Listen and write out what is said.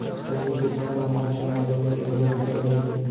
पहिली के समे म मनखे मन ल बनी घलोक मिलत रहिस हे